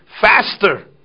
faster